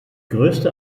größte